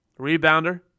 rebounder